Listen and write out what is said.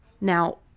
Now